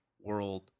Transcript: world